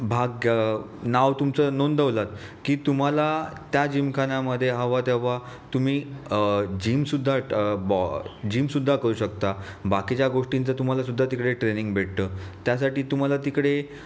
भाग नाव तुमचं नोंदवलं की तुम्हाला त्या जिमखान्यामध्ये हवं तेव्हा तुम्ही जिमसुद्धा बॉ जिमसुद्धा करू शकता बाकीच्या गोष्टींचा तुम्हालासुद्धा तिकडे ट्रेनिंग भेटतं त्यासाठी तुम्हाला तिकडे